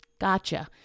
Gotcha